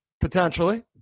Potentially